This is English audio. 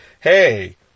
Hey